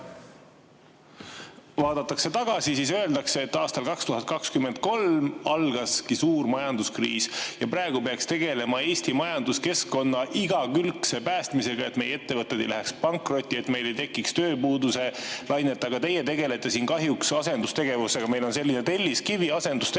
vaadatakse tagasi, siis öeldakse, et aastal 2023 algaski suur majanduskriis. Praegu peaks tegelema Eesti majanduskeskkonna igakülgse päästmisega, et meie ettevõtted ei läheks pankrotti, et ei tekiks tööpuuduse lainet, aga teie tegelete siin kahjuks asendustegevusega. Meil on selline asendustegevuste